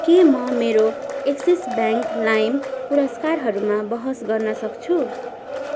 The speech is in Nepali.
के म मेरो एक्सिस ब्याङ्क लाइम पुरस्कारहरूमा बहस गर्न सक्छु